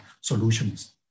solutions